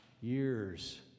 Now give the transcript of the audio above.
years